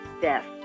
death